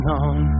on